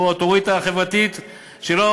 הוא אותוריטה חברתית שלא,